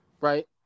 Right